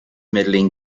medaling